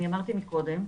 אמרתי מקודם,